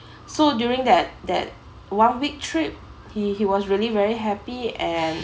so during that that one week trip he he was really very happy and